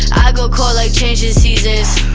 i go cold like changing seasons